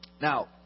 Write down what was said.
Now